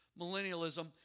millennialism